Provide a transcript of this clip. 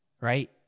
right